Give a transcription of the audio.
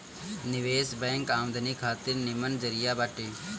निवेश बैंक आमदनी खातिर निमन जरिया बाटे